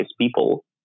people